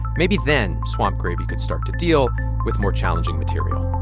maybe then swamp gravy could start to deal with more challenging material